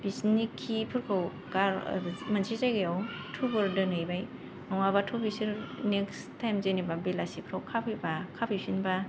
बिसोरनि खिफोरखौ मोनसे जायगायाव थुबुर दोनहैबाय नङाबाथ' बिसोर नेक्स्त ताइम जेनेबा बेलासिफ्राव खाफैबा खाफैफिनबा